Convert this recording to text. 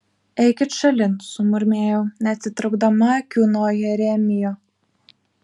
eikit šalin sumurmėjau neatitraukdama akių nuo jeremijo